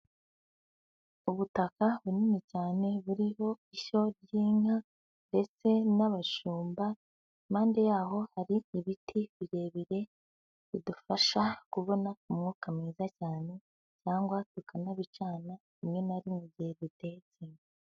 Ubutaka bunini cyane, buriho ishyo ry'inka ndetse n'abashumba, impande yaho hari ibiti birebire, bidufasha kubona umwuka mwiza cyane, cyangwa tukanabicana, rimwe na rimwe igihe dutetse.